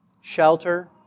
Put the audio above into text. shelter